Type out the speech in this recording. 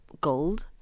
gold